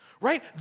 Right